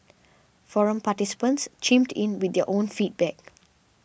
forum participants chimed in with their own feedback